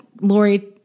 Lori